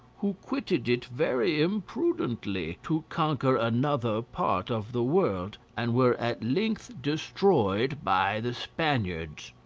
who quitted it very imprudently to conquer another part of the world, and were at length destroyed by the spaniards.